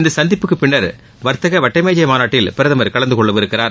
இந்த சந்திப்புக்கு பின்னர் வர்த்தக வட்டமேஜை மாநாட்டில் பிரதமர்கலந்துகொள்ளவிருக்கிறார்